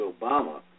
Obama